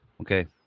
Okay